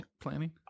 planning